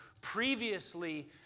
previously